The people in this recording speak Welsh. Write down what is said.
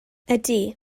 ydy